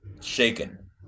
shaken